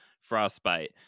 frostbite